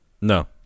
No